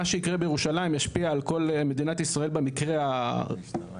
מה שיקרה בירושלים ישפיע על כל מדינת ישראל במקרה הקטן,